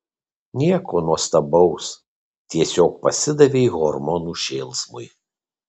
nieko nuostabaus tiesiog pasidavei hormonų šėlsmui